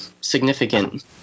significant